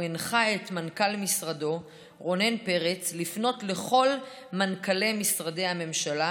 הוא הנחה את מנכ"ל משרדו רונן פרץ לפנות לכל מנכ"לי משרדי הממשלה